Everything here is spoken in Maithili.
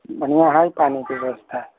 बढ़िआँ हइ पानीके व्यवस्था